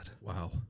Wow